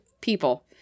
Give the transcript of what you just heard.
people